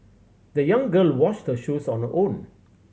the young girl washed her shoes on her own